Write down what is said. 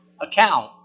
account